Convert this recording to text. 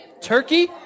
Turkey